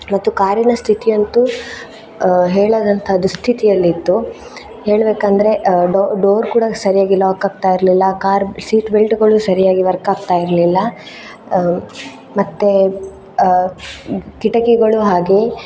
ಮತ್ತು ಕಾರಿನ ಸ್ಥಿತಿಯಂತೂ ಹೇಳದಂತಹ ದುಃಸ್ಥಿತಿಯಲ್ಲಿತ್ತು ಹೇಳಬೇಕಂದ್ರೆ ಡೋರ್ ಕೂಡ ಸರಿಯಾಗಿ ಲಾಕಾಗ್ತಾಯಿರಲಿಲ್ಲ ಕಾರ್ ಸೀಟ್ ಬೆಲ್ಟ್ಗಳು ಸರಿಯಾಗಿ ವರ್ಕಾಗ್ತಾಯಿರಲಿಲ್ಲ ಮತ್ತು ಕಿಟಕಿಗಳು ಹಾಗೇ